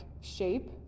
shape